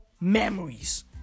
memories